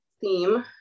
Theme